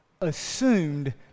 assumed